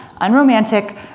unromantic